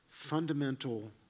fundamental